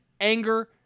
anger